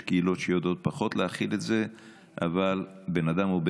יש קהילות שיודעות פחות להכיל את זה,